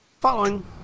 Following